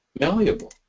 malleable